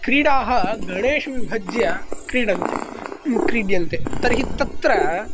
क्रीडाः गणेषु विभज्य क्रीडन्ते क्रीड्यन्ते तर्हि तत्र